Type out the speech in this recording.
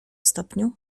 stopniu